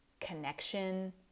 connection